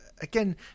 Again